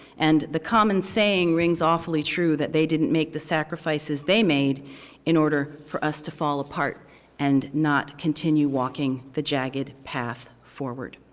and the common saying rings awfully true that they didn't make the sacrifices they made in order for us to fall apart and not continue walking the jagged path forward.